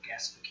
gasification